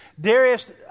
Darius